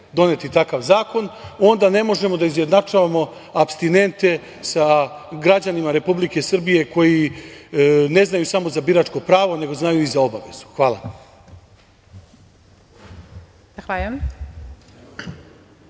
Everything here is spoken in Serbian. doneti takav zakon onda ne možemo da izjednačavamo apstinente sa građanima Republike Srbije, koji ne znaju samo za biračko pravo nego znaju i za obavezu. Hvala.